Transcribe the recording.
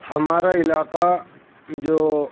ہمارا علاقہ جو